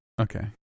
Okay